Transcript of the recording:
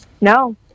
No